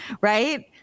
right